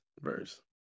verse